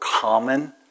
common